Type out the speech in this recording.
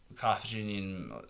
Carthaginian